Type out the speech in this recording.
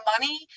money